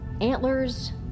antlers